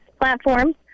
platforms